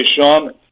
Sean